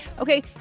okay